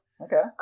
Okay